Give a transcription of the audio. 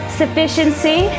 sufficiency